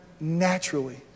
naturally